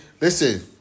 Listen